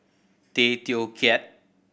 Tay Teow Kiat